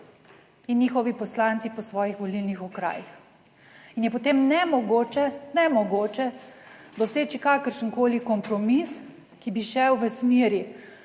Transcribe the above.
in njihovi poslanci po svojih volilnih okrajih. In je potem nemogoče, nemogoče doseči kakršenkoli kompromis, ki bi šel v smeri